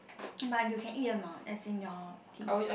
but you can eat or not as in your teeth